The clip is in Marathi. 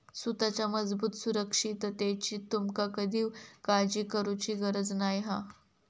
सुताच्या मजबूत सुरक्षिततेची तुमका कधीव काळजी करुची गरज नाय हा